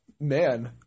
Man